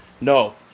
No